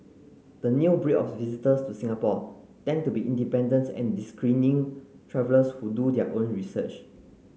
the new breed of visitors to Singapore tend to be independent and discerning travellers who do their own research